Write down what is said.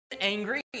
angry